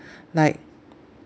like